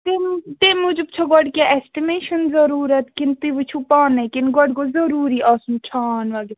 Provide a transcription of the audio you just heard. تَمہِ تَمہِ موٗجوٗب چھےٚ گۄڈٕ کیٚنٛہہ اٮ۪سٹِمیشَن ضٔروٗرَت کِنۍ تُہۍ وٕچھُو پانَے کِنہٕ گۄڈٕ گوٚژھ ضٔروٗری آسُن چھان